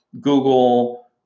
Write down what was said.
Google